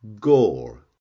gore